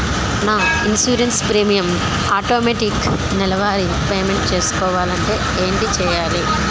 నా insurance premium automatic నెలవారి payment చేసుకోవాలంటే ఏంటి చేయాలి?